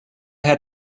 had